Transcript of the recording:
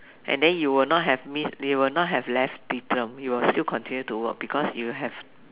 and then you will not have miss you will not have left Diethelm you will still continue to work because you have